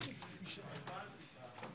כבר אמרתי להם שאת חושבת עליהם